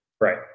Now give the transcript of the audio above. Right